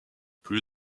plus